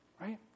right